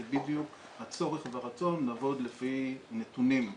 בדיוק הצורך והרצון לעבוד לפי נתונים.